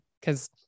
because-